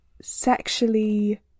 sexually